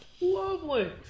Lovely